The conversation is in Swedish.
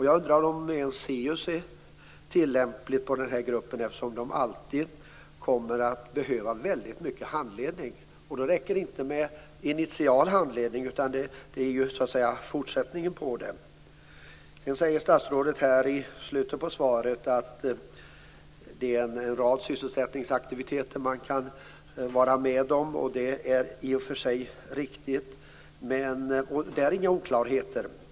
Jag undrar om ens SIUS är tillämplig på den här gruppen, eftersom de här människorna alltid kommer att behöva väldigt mycket handledning. Det räcker inte med initial handledning utan den måste fortsätta. I slutet av svaret säger statsrådet att det finns en rad sysselsättningsaktiviteter som de kan vara med om. Det är i och för sig riktigt. Där finns inga oklarheter.